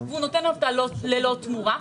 ללא תמורה.